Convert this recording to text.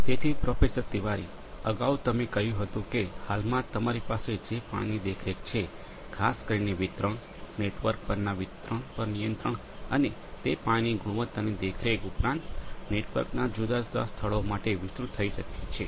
તેથી પ્રોફેસર તિવારી અગાઉ તમે કહ્યું હતું કે હાલમાં તમારી પાસે જે પાણીની દેખરેખ છે ખાસ કરીને વિતરણ નેટવર્ક પરના વિતરણ પર નિયંત્રણ અને તે પાણીની ગુણવત્તાની દેખરેખ ઉપરાંત નેટવર્કના જુદા જુદા સ્થળો માટે વિસ્તૃત થઈ શકે છે